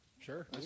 Sure